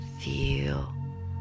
feel